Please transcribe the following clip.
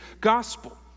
gospel